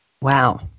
Wow